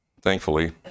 thankfully